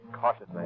cautiously